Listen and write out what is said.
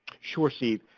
sure steve,